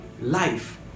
life